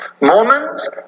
Mormons